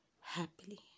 happily